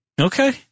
Okay